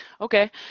Okay